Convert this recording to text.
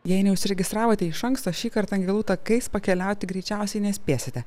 jei neužsiregistravote iš anksto šįkart angelų takais pakeliauti greičiausiai nespėsite